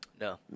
No